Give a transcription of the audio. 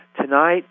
tonight